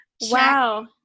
Wow